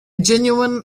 genuine